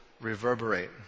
reverberate